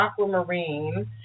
Aquamarine